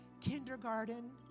kindergarten